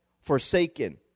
forsaken